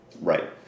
right